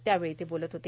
त्यावेळी ते बोलत होते